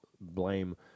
blame